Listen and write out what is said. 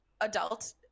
adult